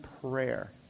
prayer